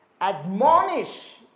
admonish